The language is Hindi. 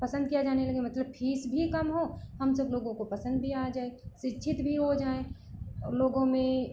पसंद किया जाने लगे मतलब फ़ीस भी कम हो हम सब लोगों को पसंद भी आ जाए शिक्षित भी हो जाएँ और लोगों में